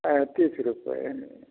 पैंतीस रुपये में